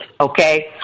Okay